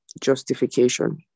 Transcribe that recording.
Justification